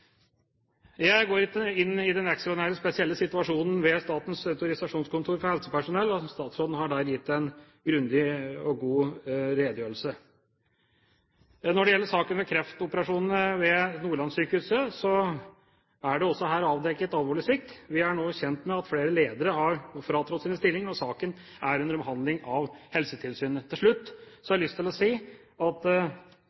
gitt en grundig og god redegjørelse for den. Når det gjelder saken om kreftoperasjonene ved Nordlandssykehuset, er det også her avdekket alvorlig svikt. Vi er nå kjent med at flere ledere har fratrådt sin stilling, og saken er under behandling av Helsetilsynet. Til slutt har